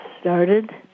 started